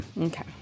Okay